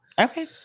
Okay